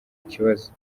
ikibazo